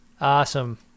Awesome